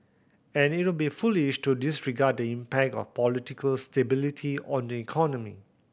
and it would be foolish to disregard the impact of political stability on the economy